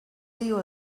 dio